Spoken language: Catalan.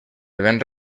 vent